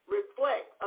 Reflect